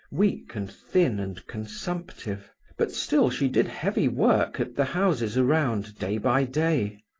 weak and thin and consumptive but still she did heavy work at the houses around, day by day.